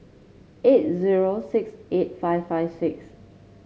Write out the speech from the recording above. eight zero six eight five five six